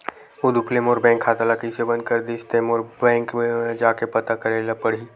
उदुप ले मोर बैंक खाता ल कइसे बंद कर दिस ते, बैंक म जाके पता लगाए ल परही